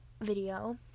video